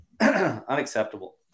unacceptable